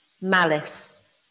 malice